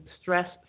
stress